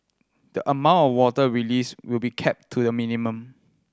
the amount of water released will be kept to a minimum